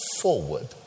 forward